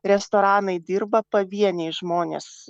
restoranai dirba pavieniai žmonės